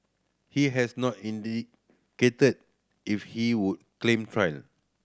he has not indicated if he would claim trial